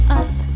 up